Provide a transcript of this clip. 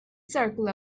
circle